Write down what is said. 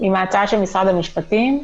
עם ההצעה של משרד המשפטים,